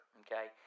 okay